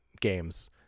games